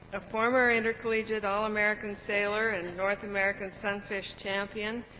a former intercollegiate all american sailor and north american sunfish champion,